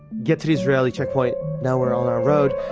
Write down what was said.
get to the israeli checkpoint. now we're on our road.